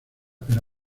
pero